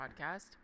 podcast